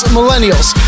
Millennials